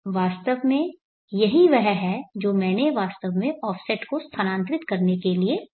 वास्तव में यही वह है जो मैंने वास्तव में ऑफसेट को स्थानांतरित करने के लिए उपयोग किया है